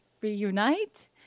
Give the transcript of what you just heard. reunite